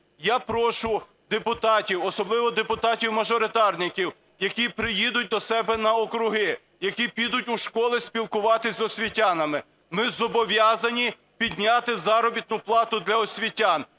Я прошу депутатів, особливо депутатів-мажоритарників, які приїдуть до себе на округи, які підуть у школи спілкуватися з освітянами, ми зобов'язані підняти заробітну плату для освітян,